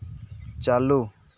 ᱪᱟᱹᱞᱩ